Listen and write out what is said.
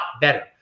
better